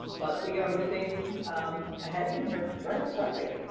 but we are moving ahead and we're right on target,